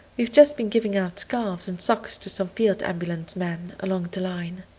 we've just been giving out scarves and socks to some field ambulance men along the line.